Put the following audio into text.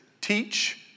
teach